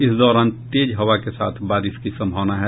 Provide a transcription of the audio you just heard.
इस दौरान तेज हवा के साथ बारिश की सम्भावना है